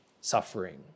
suffering